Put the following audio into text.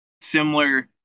similar